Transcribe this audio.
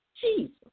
Jesus